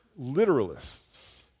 literalists